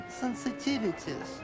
sensitivities